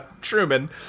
Truman